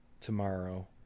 tomorrow